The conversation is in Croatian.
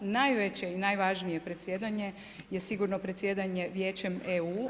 Najveće i najvažnije predsjedanje je sigurno predsjedanje Vijećem EU.